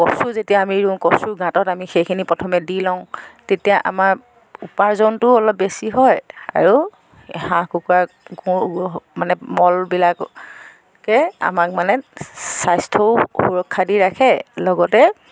কঁচু যেতিয়া আমু ৰুওঁ কঁচুৰ গাঁতত আমি সেইখিনি প্ৰথমে দি লওঁ তেতিয়া আমাৰ উপাৰ্জনটোও অলপ বেছি হয় আৰু এই হাঁহ কুকুৰাৰ গু মানে মলবিলাকে আমাক মানে স্বাস্থ্যও সুৰক্ষা দি ৰাখে লগতে